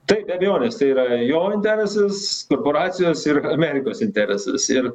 tai be abejonės tai yra jo interesas korporacijos ir amerikos interesas ir